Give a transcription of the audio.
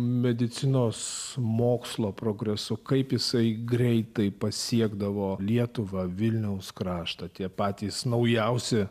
medicinos mokslo progresu kaip jisai greitai pasiekdavo lietuvą vilniaus kraštą tie patys naujausi